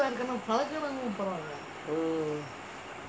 mm